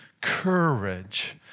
courage